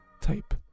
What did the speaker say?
type